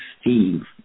Steve